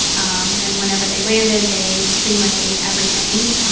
um and whenever they landed, they pretty much ate everything.